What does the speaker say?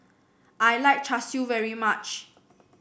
I like Char Siu very much